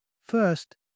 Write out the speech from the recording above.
First